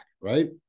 right